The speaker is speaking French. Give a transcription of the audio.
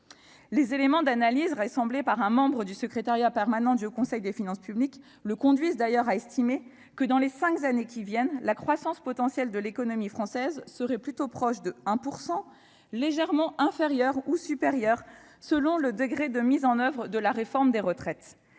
Les éléments d'analyse rassemblés par un membre du secrétariat permanent du Haut Conseil des finances publiques laissent d'ailleurs penser que, dans les cinq années qui viennent, la croissance potentielle de l'économie française sera plutôt proche de 1 %, ou légèrement inférieure ou supérieure à ce niveau selon le degré de mise en oeuvre de la réforme des retraites.